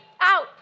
out